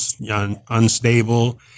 unstable